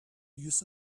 use